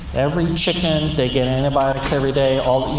every chicken, they get antibiotics every day, all.